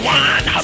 one